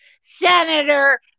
senator